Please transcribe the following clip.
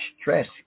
stress